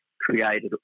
created